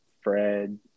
Fred